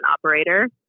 operator